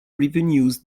revenues